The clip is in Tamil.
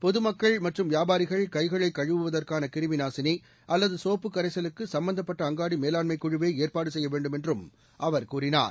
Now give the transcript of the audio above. பொதுமக்கள் மற்றும் வியாபாரிகள் கைகளை கழுவுவதற்கான கிருமி நாசினி அல்லது சோப்புக் கரைசலுக்கு சம்பந்தப்பட்ட அங்காடி மேலாண்மைக் குழுவே ஏற்பாடு செய்ய வேண்டும் என்றும் அவர் கூறினார்